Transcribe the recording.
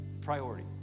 priority